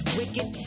wicked